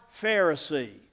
Pharisee